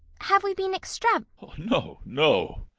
have we been extrav no, no!